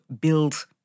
build